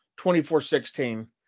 24-16